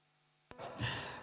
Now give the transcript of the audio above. arvoisa